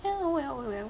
oh well well